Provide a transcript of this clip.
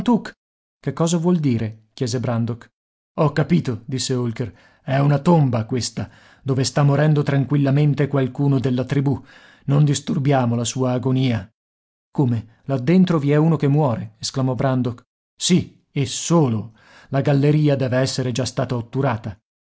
che cosa vuol dire chiese brandok ho capito disse holker è una tomba questa dove sta morendo tranquillamente qualcuno della tribù non disturbiamo la sua agonia come là dentro vi è uno che muore esclamò brandok sì e solo la galleria deve essere già stata otturata